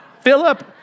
Philip